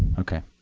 ok.